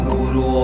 Guru